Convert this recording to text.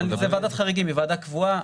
זו ועדת חריגים, היא ועדה קבועה.